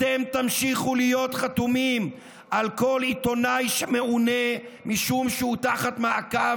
אתם תמשיכו להיות חתומים על כל עיתונאי שמעונה משום שהוא תחת מעקב,